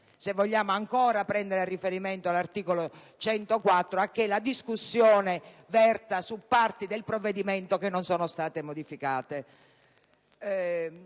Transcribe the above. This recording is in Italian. se vogliamo ancora prendere a riferimento l'articolo 104, a che la discussione verta su parti del provvedimento che non sono state modificate.